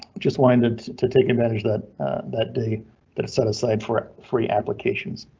just wanted to take advantage that that day that is set aside for free applications.